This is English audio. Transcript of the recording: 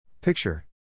Picture